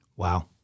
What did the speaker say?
Wow